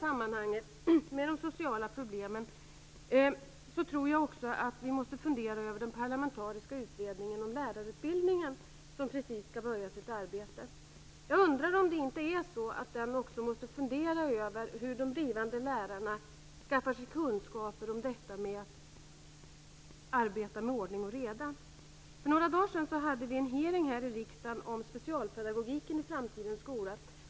Jag tror också i det här sammanhanget att den parlamentariska utredningen om lärarutbildningen, som precis skall börja sitt arbete, måste fundera över hur de blivande lärarna skaffar sig kunskaper om hur man arbetar med ordning och reda. För några dagar sedan hade vi en hearing här i riksdagen om specialpedagogiken i framtidens skola.